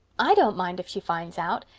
i don't mind if she finds out.